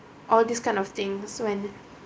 all these kind of things so when